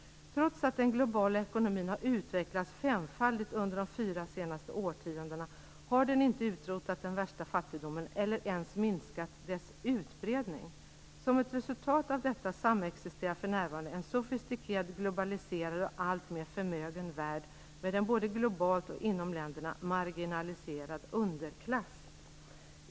Trots att den globala ekonomin har utvecklats femfaldigt under de fyra senaste årtiondena, har den inte utrotat den värsta fattigdomen eller ens minskat dess utbredning. Som ett resultat av detta samexisterar för närvarande en sofistikerad, globaliserad och alltmer förmögen värld med en både globalt och inom länderna marginaliserad underklass.